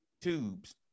tubes